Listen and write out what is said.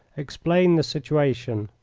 explain the situation!